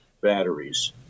batteries